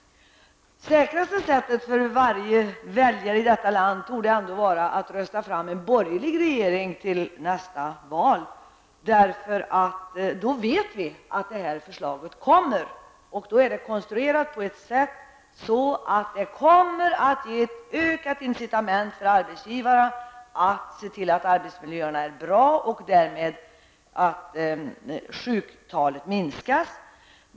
Det säkraste sättet för väljarna i detta land borde vara att rösta fram en borgerlig regering i valet, eftersom de då vet att det kommer ett förslag som är konstruerat på sådant sätt att det ger ökade incitament för arbetsgivarna att se till att arbetsmiljön bli bra och därmed att sjuktalen minskar.